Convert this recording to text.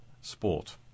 Sport